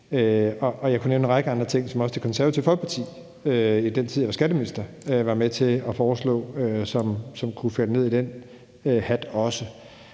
og jeg kunne nævne en række andre ting, som også Det Konservative Folkeparti, i den tid jeg var skatteminister, var med til at foreslå, som kunne høre under den hat.